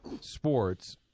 sports